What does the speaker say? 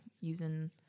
using